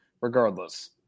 regardless